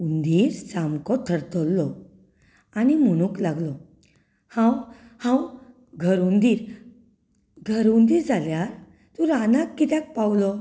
हुंदीर सामको थरथरलो आनी म्हणूंक लागलो हांव हांव घर हुंदीर घर हुंदीर जाल्यार तूं रानांत कित्याक पावलो